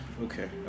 Okay